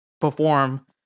perform